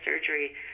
surgery